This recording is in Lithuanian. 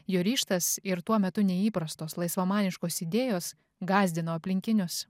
jo ryžtas ir tuo metu neįprastos laisvamaniškos idėjos gąsdino aplinkinius